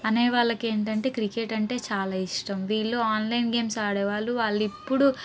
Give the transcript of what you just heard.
అన్నయ్య వాళ్ళకి ఏంటంటే క్రికెట్ అంటే చాలా ఇష్టం వీళ్ళు ఆన్లైన్ గేమ్స్ ఆడే వాళ్ళు వాళ్ళు ఇప్పుడు